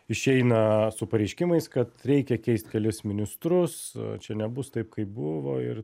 išeina su pareiškimais kad reikia keist kelis ministrus čia nebus taip kaip buvo ir